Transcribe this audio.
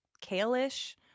kale-ish